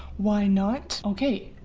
why not? okay,